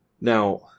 Now